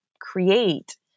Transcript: create